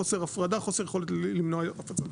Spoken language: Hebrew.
חוסר הפרדה, חוסר יכולת למנוע הפצת מחלות.